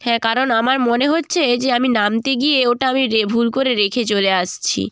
হ্যাঁ কারণ আমার মনে হচ্ছে যে আমি নামতে গিয়ে ওটা আমি রে ভুল করে রেখে চলে আসছি